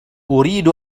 أريد